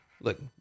Look